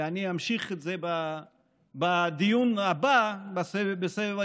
ואני אמשיך את זה בדיון הבא בסבב הדיונים,